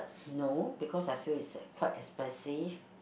no because I feel is like quite expensive